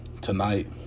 tonight